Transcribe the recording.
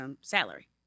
salary